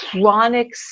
chronic